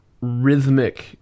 rhythmic